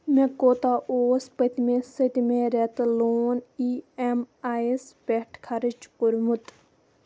مےٚ کوٗتاہ اوس پٔتمہِ سٔتِمہِ رٮ۪تہٕ لون اِی ایم آٮٔی یَس پٮ۪ٹھ خرٕچ کوٚرمُت